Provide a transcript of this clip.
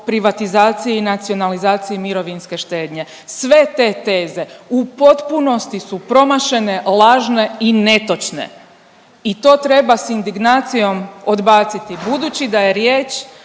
privatizaciji, nacionalizaciji mirovinske štednje. Sve te teze u potpunosti su promašene, lažne i netočne. I to treba s indignacijom odbaciti budući da je riječ